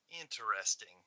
interesting